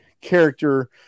character